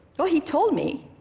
well, he told me.